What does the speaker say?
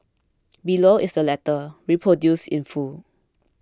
below is the letter reproduced in full